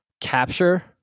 capture